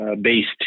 based